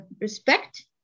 respect